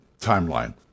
timeline